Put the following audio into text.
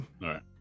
right